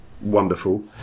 wonderful